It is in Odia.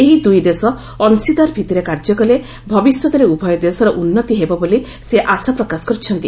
ଏହି ଦୂଇ ଦେଶ ଅଂଶୀଦାର ଭିତ୍ତିରେ କାର୍ଯ୍ୟ କଲେ ଭବିଷ୍ୟତରେ ଉଭୟ ଦେଶର ଉନ୍ନତି ହେବ ବୋଲି ସେ ଆଶା ପ୍ରକାଶ କରିଛନ୍ତି